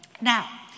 Now